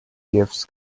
gives